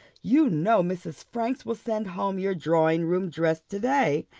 you know mrs. franks will send home your drawing-room dress to-day,